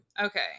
Okay